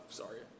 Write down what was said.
sorry